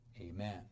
amen